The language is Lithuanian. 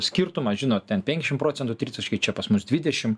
skirtumas žinot ten penkiasdešim procentų tritaškiai čia pas mus dvidešim